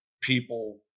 people